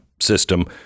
system